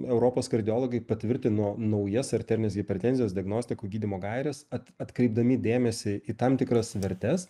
europos kardiologai patvirtino naujas arterinės hipertenzijos diagnostikų gydymo gaires at atkreipdami dėmesį į tam tikras vertes